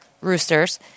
roosters